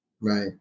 right